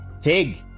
Tig